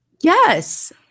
Yes